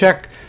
check